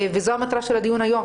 וזו המטרה של הדיון היום,